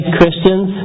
Christians